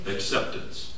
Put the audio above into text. Acceptance